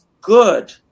good